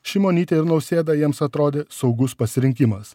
šimonytė ir nausėda jiems atrodė saugus pasirinkimas